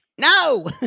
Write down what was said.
No